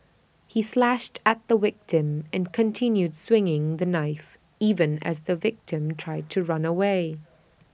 he slashed at the victim and continued swinging the knife even as the victim tried to run away